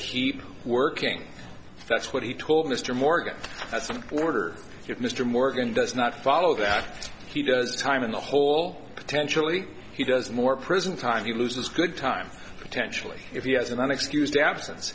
keep working that's what he told mr morgan that's an order mr morgan does not follow that he does time in the whole potentially he does more prison time he loses good time potentially if he has an excused absence